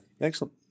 excellent